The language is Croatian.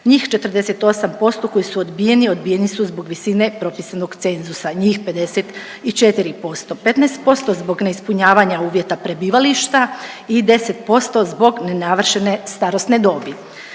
njih 48% koji su odbijeni, odbijeni su zbog visine propisanog cenzusa njih 54%, 15% zbog neispunjavanja uvjeta prebivališta i 10% zbog nenavršene starosne dobi.